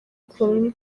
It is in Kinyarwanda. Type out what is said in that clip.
kumwe